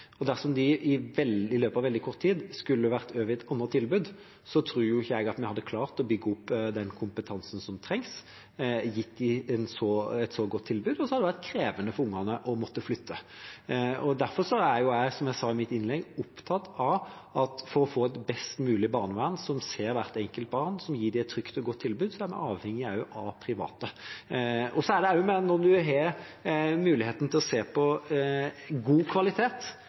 Dersom de i løpet av veldig kort tid skulle vært over i et annet tilbud, tror jeg ikke at vi hadde klart å bygge opp den kompetansen som trengs, og gitt dem et så godt tilbud, og det hadde vært krevende for ungene å måtte flytte. Derfor er jeg, som jeg sa i mitt innlegg, opptatt av at for å få et best mulig barnevern som ser hvert enkelt barn, som gir dem et trygt og godt tilbud, er en avhengig av private. Når en har muligheten til å se på god kvalitet